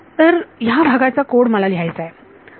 तर या भागाचा कोड मला लिहायचा आहे